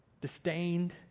disdained